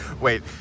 Wait